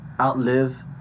outlive